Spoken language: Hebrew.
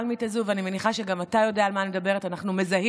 ואני מניחה שגם אתה יודע על מה אני מדברת, בדיוק,